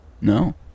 No